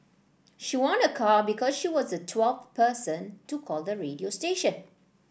she won a car because she was the twelfth person to call the radio station